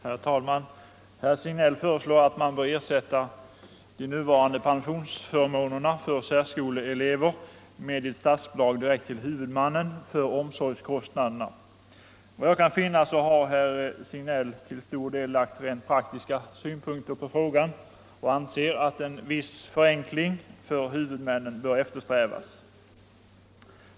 Herr talman! Herr Signell föreslår att man skall ersätta de nuvarande pensionsförmånerna för särskoleelever med ett statsbidrag till huvudmannen för omsorgskostnaderna. Såvitt jag kan finna har herr Signell till stor del lagt rent praktiska synpunkter på frågan, och han anser att en viss förenkling för huvudmännen bör eftersträvas.